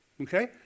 Okay